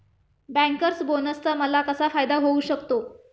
Bankers बोनसचा मला कसा फायदा होऊ शकतो?